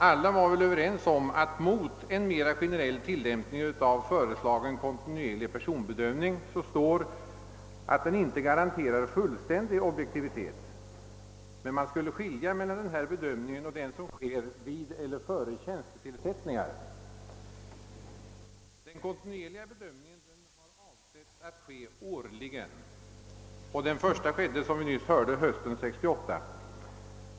Alla var väl överens om att mot en mera generell tillämpning av den då föreslagna kontinuerliga personbedömningen talar, att den inte garanterar fullständig objektivitet. Man avsåg dock att skilja mellan denna bedömning och den som sker vid eller före tjänstetillsättningar. Den kontinuerliga bedömningen har förutsatts ske årligen, och den första bedömningen genomfördes, såsom vi nyss hörde, hösten 1968.